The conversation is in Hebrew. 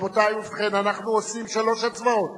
רבותי, ובכן, אנחנו עושים שלוש הצבעות.